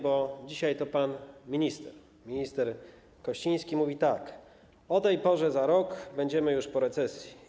Bo dzisiaj to pan minister Kościński mówi tak: o tej porze za rok będziemy już po recesji.